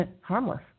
harmless